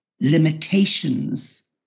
limitations